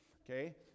okay